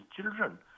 children